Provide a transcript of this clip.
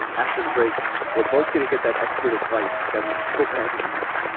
after the break we're both going to get that expert advice that we so badly need.